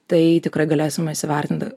tai tikrai galėsime įsivertinti